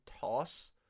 toss